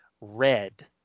red